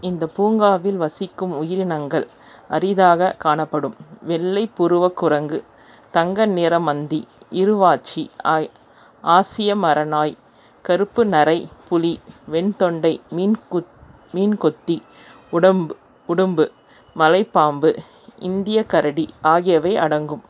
இந்தப் பூங்காவில் வசிக்கும் உயிரினங்களில் அரிதாகக் காணப்படும் வெள்ளைப் புருவக் குரங்கு தங்க நிற மந்தி இருவாச்சி ஆசிய மரநாய் கருப்பு நாரை புலி வெண்தொண்டை மீன்கொத்தி உடும்பு மலைப் பாம்பு இந்தியக் கரடி ஆகியவை அடங்கும்